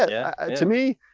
yeah! to me,